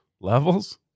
Levels